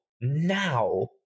now